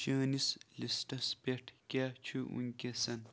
چٲنِس لسٹس پٮ۪ٹھ کیاہ چھُ ونکیٚنس؟